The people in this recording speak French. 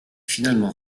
finalement